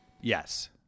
Yes